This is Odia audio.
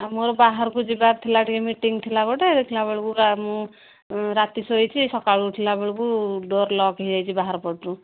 ଆଉ ମୋର ବାହାରକୁ ଯିବାର ଥିଲା ଟିକେ ମିଟିଂ ଥିଲା ଗୋଟେ ଦେଖିଲା ବେଳକୁ ମୁଁ ରାତି ଶୋଇଛି ସକାଳୁ ଉଠିଲା ବେଳକୁ ଡୋର୍ ଲକ୍ ହେଇ ଯାଇଛି ବାହାର ପଟରୁ